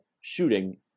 shooting